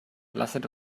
lasset